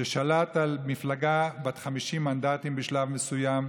ששלט על מפלגה בת 50 מנדטים בשלב מסוים,